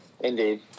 Indeed